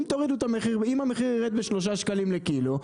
אם תורידו את המחיר ב-3 שקלים לקילו,